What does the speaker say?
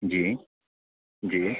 جی جی